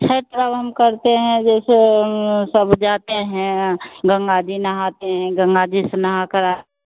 छठ पर्व हम करते हैं जैसे सब जाते हैं गंगा जी नहाते हैं गंगा जी से नहाकर